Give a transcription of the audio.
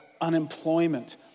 unemployment